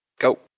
Go